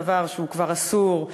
דבר שהוא כבר אסור,